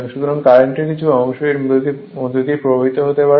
সুতরাং কারেন্টের কিছু অংশ এর মধ্য দিয়ে প্রবাহিত হতে পারে